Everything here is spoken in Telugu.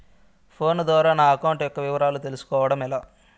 ఫోను ద్వారా నా అకౌంట్ యొక్క వివరాలు తెలుస్కోవడం ఎలా?